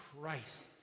Christ